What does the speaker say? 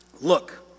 Look